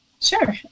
Sure